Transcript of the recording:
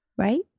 right